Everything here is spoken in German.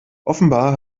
offenbar